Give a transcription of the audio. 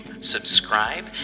subscribe